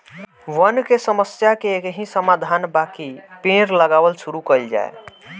वन के समस्या के एकही समाधान बाकि पेड़ लगावल शुरू कइल जाए